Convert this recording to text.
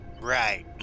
Right